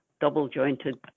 double-jointed